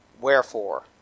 Wherefore